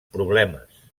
problemes